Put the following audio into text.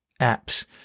apps